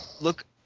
look